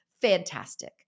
fantastic